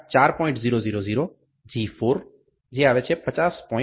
000 G4 50